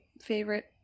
favorite